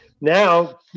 now